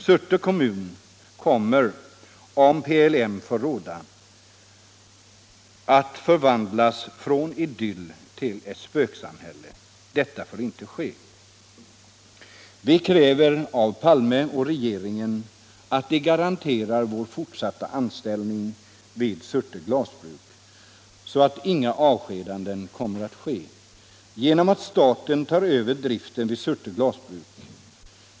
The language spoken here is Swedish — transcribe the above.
Surte kommer om PLM får råda att förvandlas från idyll till ett spöksamhälle. Det får inte ske. ——-- Vi kräver av Palme och regeringen att de garanterar vår fortsatta anställning vid Surte glasbruk så att inga avskedanden kommer att ske, genom att staten tar över driften vid Surte glasbruk.